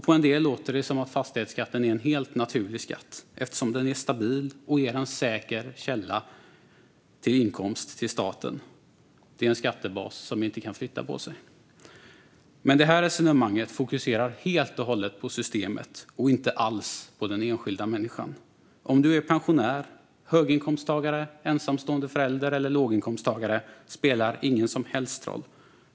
På en del låter det som att fastighetsskatten är en helt naturlig skatt, eftersom den är stabil och är en säker källa till inkomst för staten. Det är en skattebas som inte kan flytta på sig. Men det resonemanget fokuserar helt och hållet på systemet och inte alls på den enskilda människan. Om du är pensionär, höginkomsttagare, ensamstående förälder eller låginkomsttagare spelar ingen som helst roll.